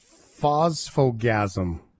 phosphogasm